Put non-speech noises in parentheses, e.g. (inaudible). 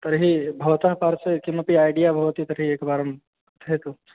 तर्हि भवतः पार्श्वे किमपि ऐडिया भवति तर्हि एकवारं (unintelligible) यतु